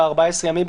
ב-14 הימים,